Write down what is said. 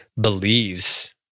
believes